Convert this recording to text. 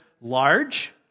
large